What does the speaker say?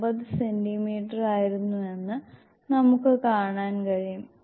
9 സെന്റീമീറ്ററായിരുന്നുവെന്ന് നമുക്ക് കാണാൻ കഴിയും